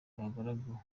abagaragu